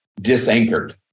disanchored